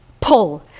pull